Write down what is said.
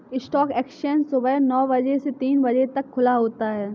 stock exchange सुबह नो बजे से तीन बजे तक खुला होता है